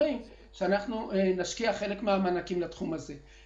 זהירים כשמשקיעים חלק מהמענקים בתחום הזה.